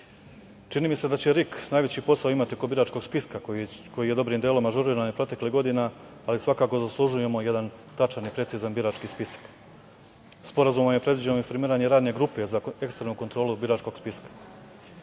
mi se da će RIK najveći posao imati oko biračkog spiska koji je dobrim delom ažuriran i proteklih godina, ali svakako zaslužujemo jedan tačan i precizan birački spisak. Sporazumom je previđeno i formiranje radne grupe za eksternu kontrolu biračkog spiska.